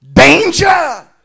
Danger